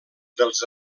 dels